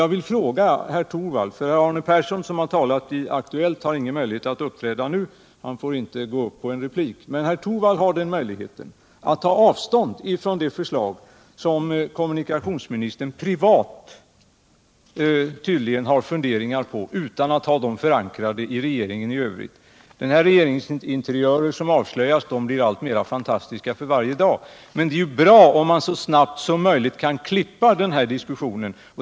Jag vill fråga herr Torwald — Arne Persson, som talade i Aktuellt, har inte rätt att delta i detta replikskifte, men herr Torwald har ju den möjligheten — om herr Torwald vill ta avstånd från det förslag som kommunikationsministern, privat tydligen, har funderingar på dock utan att ha dem förankrade i regeringen. De regeringsinteriörer som avslöjas blir alltmer fantastiska för varje dag. Men det vore ju bra om man så snabbt som möjligt kunde klippa av den här diskussionen.